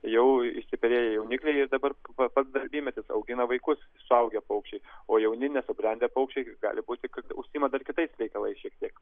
jau išsiperėję jaunikliai ir dabar va pats darbymetis augina vaikus suaugę paukščiai o jauni nesubrendę paukščiai gali būti kad užsiima dar kitais reikalais šiek tiek